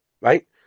Right